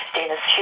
Dennis